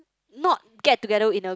not get together in a